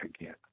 again